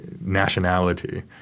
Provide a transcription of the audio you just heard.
nationality